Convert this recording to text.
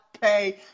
pay